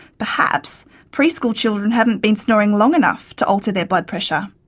perhaps preschool children haven't been snoring long enough to alter their blood pressure.